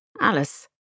Alice